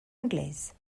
anglaise